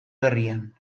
berrian